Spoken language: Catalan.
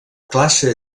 classe